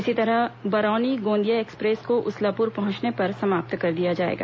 इसी तरह बरौनी गॉदिया एक्सप्रेस को उसलापुर पहुंचने पर समाप्त कर दिया जाएगा